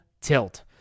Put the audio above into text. tilt